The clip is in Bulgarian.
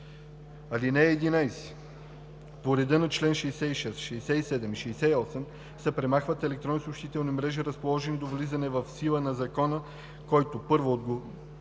ал. 6. (11) По реда на чл. 66, 67 и 68 се премахват електронни съобщителни мрежи, разположени до влизането в сила на закона, които: 1. отговарят